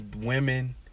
women